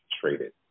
traded